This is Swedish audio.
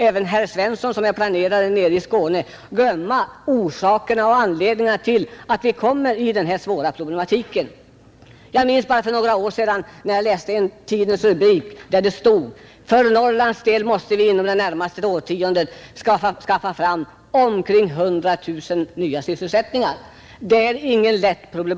Även herr Svensson, som är planerare nere i Skåne, tycks glömma anledningarna till att vi ställs inför denna svåra problematik. För bara några år sedan läste jag i en tidningsrubrik att för Norrlands del måste vi under det närmaste årtiondet skaffa fram omkring 100 000 nya sysselsättningar. Det är ingen lätt uppgift.